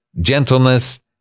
gentleness